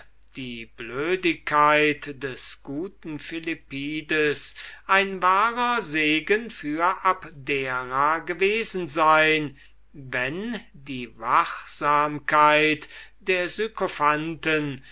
die blödigkeit des guten philippides ein wahrer segen für abdera gewesen sein wenn die wachsamkeit der